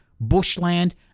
bushland